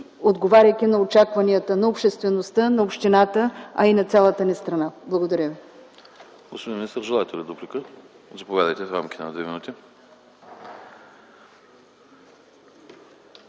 отговаряйки на очакванията на обществеността, на общината, а и на цялата ни страна. Благодаря Ви.